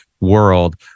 world